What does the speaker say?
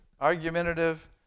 argumentative